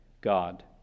God